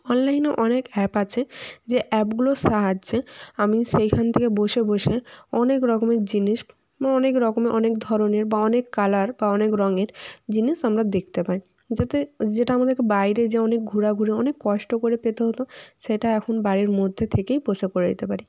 অনলাইনে অনেক অ্যাপ আছে যে অ্যাপগুলোর সাহায্যে আমি সেইখান থেকে বসে বসে অনেক রকমের জিনিস বা অনেক রকমের অনেক ধরনের বা অনেক কালার বা অনেক রঙের জিনিস আমরা দেখতে পাই যাতে যেটা আমাদেরকে বাইরে যে অনেক ঘোরাঘুরি অনেক কষ্ট করে পেতে হতো সেটা এখন বাড়ির মধ্যে থেকেই বসে করে দিতে পারি